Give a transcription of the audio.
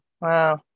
Wow